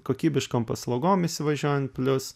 kokybiškom paslaugom įvažiuojant plius